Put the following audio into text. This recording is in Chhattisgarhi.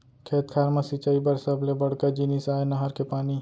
खेत खार म सिंचई बर सबले बड़का जिनिस आय नहर के पानी